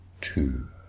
two